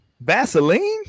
Vaseline